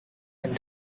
and